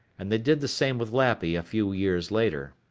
and they did the same with lappy a few years later.